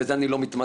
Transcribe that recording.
בזה אני לא מתמצא.